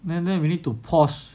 then then we need to pause